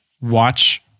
watch